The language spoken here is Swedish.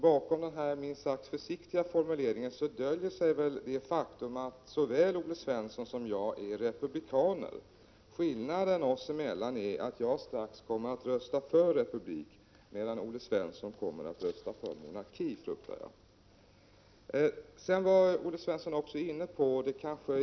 Bakom den minst sagt försiktiga formuleringen döljer sig väl det faktum att såväl Olle Svensson som jag är republikaner. Skillnaden mellan oss är att jag strax kommer att rösta för republik, medan jag fruktar att Olle Svensson kommer att rösta för monarki.